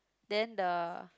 then the